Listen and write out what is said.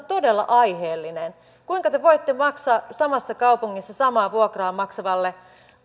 todella aiheellinen kuinka te te voitte maksaa samassa kaupungissa samaa vuokraa maksavalle